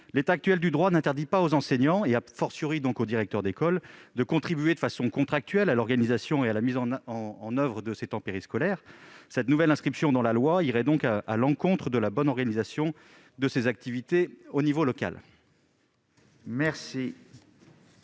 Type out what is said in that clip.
L'état actuel du droit n'interdit pas aux enseignants, et aux directeurs d'école, de contribuer, de façon contractuelle, à l'organisation et à la mise en oeuvre des temps périscolaires. Cette nouvelle inscription dans la loi irait à l'encontre de la bonne organisation de ces activités à l'échelon local. La